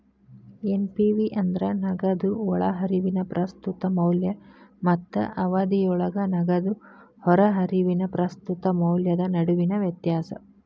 NPV ಅಂದ್ರ ನಗದು ಒಳಹರಿವಿನ ಪ್ರಸ್ತುತ ಮೌಲ್ಯ ಮತ್ತ ಅವಧಿಯೊಳಗ ನಗದು ಹೊರಹರಿವಿನ ಪ್ರಸ್ತುತ ಮೌಲ್ಯದ ನಡುವಿನ ವ್ಯತ್ಯಾಸ